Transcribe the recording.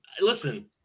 listen